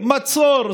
מצור,